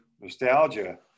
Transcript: nostalgia